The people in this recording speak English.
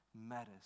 matters